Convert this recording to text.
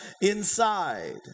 inside